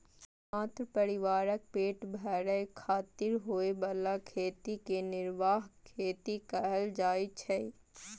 मात्र परिवारक पेट भरै खातिर होइ बला खेती कें निर्वाह खेती कहल जाइ छै